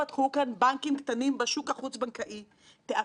אני מבקשת לקרוא מכאן לנגיד בנק ישראל ולמפקחת על הבנקים